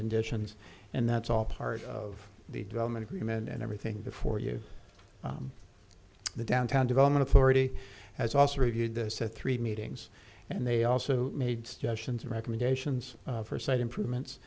conditions and that's all part of the development agreement and everything before you the downtown development authority has also reviewed this at three meetings and they also made suggestions recommendations for site improvements